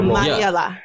Mariela